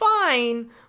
fine